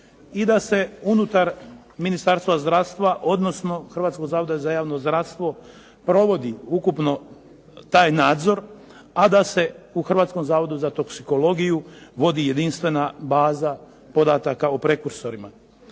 i da se unutar Ministarstva zdravstva, odnosno Hrvatskog zavoda za javno zdravstvo, provodi ukupno taj nadzor, a da se u Hrvatskom zavodu za toksikologiju vodi jedinstvena baza podataka o prekursorima.